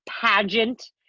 pageant